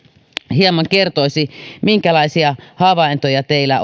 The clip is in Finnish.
hieman kertoisi minkälaisia havaintoja teillä